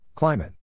Climate